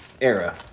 era